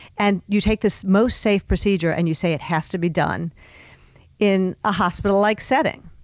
and you take this most safe procedure, and you say it has to be done in a hospital-like setting.